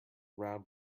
round